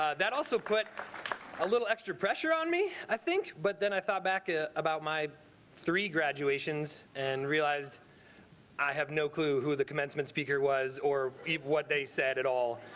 ah that also quit a little extra pressure on me. i think. but then i thought back about my three graduations and realized i have no clue who the commencement speaker was or what they said at all.